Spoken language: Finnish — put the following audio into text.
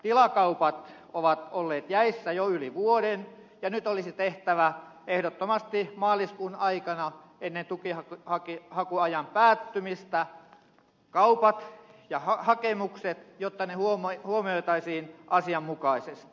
tilakaupat ovat olleet jäissä jo yli vuoden ja nyt olisi tehtävä ehdottomasti maaliskuun aikana ennen tukihakuajan päättymistä kaupat ja hakemukset jotta ne huomioitaisiin asianmukaisesti